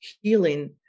healing